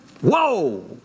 Whoa